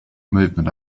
movement